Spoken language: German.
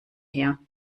her